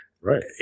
Right